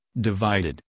divided